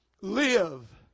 Live